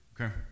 Okay